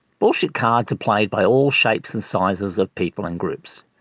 bullshit cards are played by all shapes and sizes of people and groups.